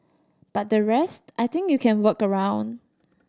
but the rest I think you can work around